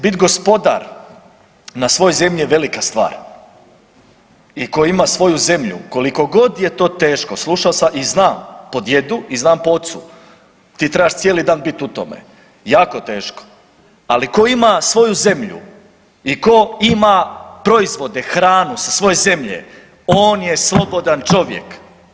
Bit gospodar na svojoj zemlji je velika stvar i ko ima svoju zemlju koliko god je to teško, slušao sam i znam po djedu i znam po ocu, ti trebaš cijeli dan bit u tome, jako teško, ali ko ima svoju zemlju i ko ima proizvode, hranu sa svoje zemlje, on je slobodan čovjek.